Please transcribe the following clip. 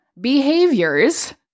behaviors